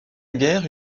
guerre